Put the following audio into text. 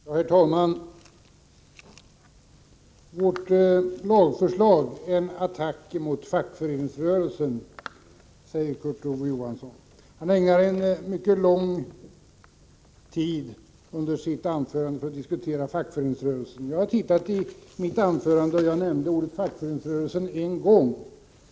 Herr talman! Vårt lagförslag är en attack mot fackföreningsrörelsen, säger Kurt Ove Johansson. Han ägnade en stor del av sitt anförande åt att diskutera fackföreningsrörelsen. Jag har tittat i mitt manus. Jag nämnde ordet ”fackföreningsrörelsen” en gång.